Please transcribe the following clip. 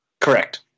Correct